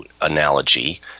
analogy